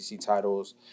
titles